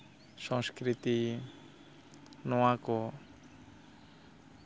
ᱥᱚᱝᱥᱠᱨᱤᱛᱤ ᱱᱚᱣᱟᱠᱚ